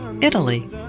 Italy